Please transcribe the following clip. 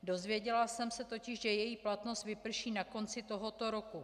Dozvěděla jsem se totiž, že její platnost vyprší na konci tohoto roku.